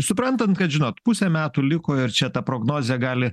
suprantant kad žinot pusė metų liko ir čia ta prognozė gali